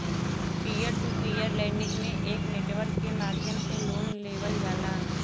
peer to peer lending में एक network के माध्यम से लोन लेवल जाला